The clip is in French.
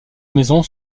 maisons